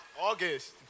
August